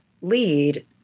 lead